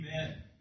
Amen